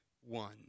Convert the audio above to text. one